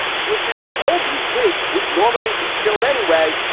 which is that all these pigs would normally be killed anyway.